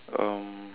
um